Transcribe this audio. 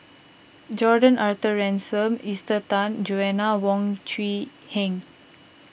Jordan Arthur Ransome Esther Tan Joanna Wong Quee Heng